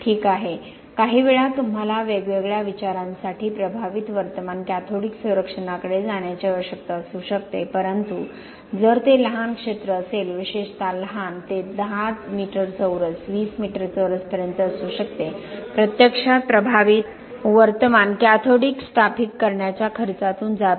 ठीक आहे काहीवेळा तुम्हाला वेगवेगळ्या विचारांसाठी प्रभावित वर्तमान कॅथोडिक संरक्षणाकडे जाण्याची आवश्यकता असू शकते परंतु जर ते लहान क्षेत्र असेल विशेषतः लहान ते 10 मीटर चौरस 20 मीटर चौरस पर्यंत असू शकते प्रत्यक्षात प्रभावित वर्तमान कॅथोडिक स्थापित करण्याच्या खर्चातून जात आहे